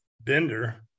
Bender –